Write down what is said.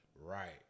Right